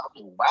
wow